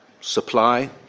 supply